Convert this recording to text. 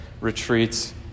retreats